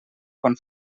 quan